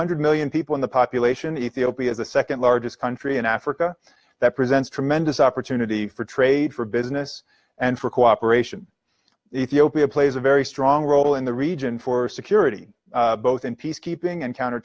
hundred million people in the population in ethiopia the second largest country in africa that presents tremendous opportunity for trade for business and for cooperation ethiopia plays a very strong role in the region for security both in peacekeeping and counter